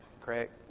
Craig